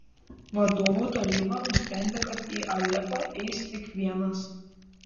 vadovų taryba nusprendė kad į alepą eis tik vienas